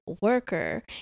worker